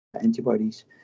antibodies